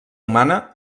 humana